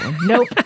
Nope